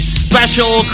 special